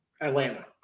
Atlanta